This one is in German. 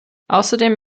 außerdem